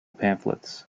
pamphlets